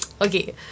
Okay